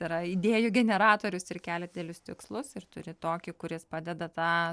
yra idėjų generatorius ir kelia didelius tikslus ir turi tokį kuris padeda tą